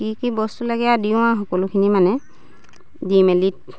কি কি বস্তু লাগে দিওঁ আৰু সকলোখিনি মানে দি মেলি